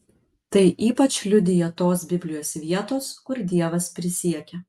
tai ypač liudija tos biblijos vietos kur dievas prisiekia